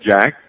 Jack